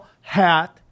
Hat